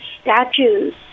statues